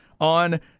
on